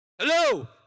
Hello